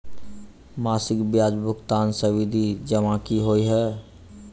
मासिक ब्याज भुगतान सावधि जमा की होइ है?